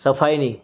સફાઈની